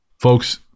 folks